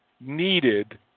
needed